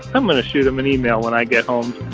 i'm going to shoot them an email when i get home